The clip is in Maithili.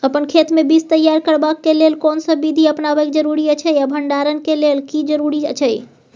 अपन खेत मे बीज तैयार करबाक के लेल कोनसब बीधी अपनाबैक जरूरी अछि आ भंडारण के लेल की जरूरी अछि?